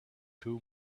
two